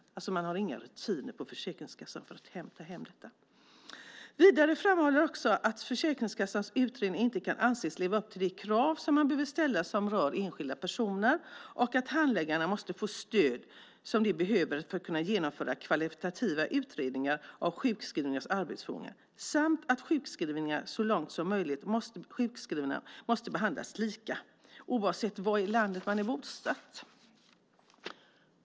Man har alltså inga rutiner på Försäkringskassan för att hämta hem detta. Vidare framhålls också att Försäkringskassans utredningar inte kan anses leva upp till de krav som bör ställas på ärenden som rör enskilda personer, att handläggarna måste få det stöd som de behöver för att kunna genomföra kvalitativa utredningar av sjukskrivnas arbetsförmåga och att sjukskrivna så långt som möjligt måste behandlas lika oavsett var i landet de är bosatta.